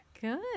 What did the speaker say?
Good